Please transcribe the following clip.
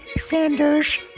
Sanders